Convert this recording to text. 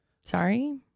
Sorry